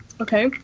okay